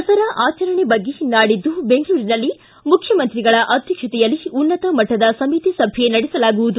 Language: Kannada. ದಸರಾ ಆಚರಣೆ ಬಗ್ಗೆ ನಾಡಿದ್ದು ಬೆಂಗಳೂರಿನಲ್ಲಿ ಮುಖ್ಯಮಂತ್ರಿಗಳ ಅಧ್ಯಕ್ಷತೆಯಲ್ಲಿ ಉನ್ನತ ಮಟ್ಟದ ಸಮಿತಿ ಸಭೆ ನಡೆಸಲಾಗುವುದು